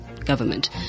government